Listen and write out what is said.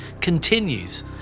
continues